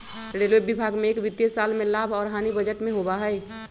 railway विभाग में एक वित्तीय साल में लाभ और हानि बजट में होबा हई